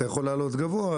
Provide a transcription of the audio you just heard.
אתה יכול להעלות גבוה,